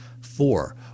Four